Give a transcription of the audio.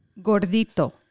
gordito